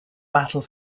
battle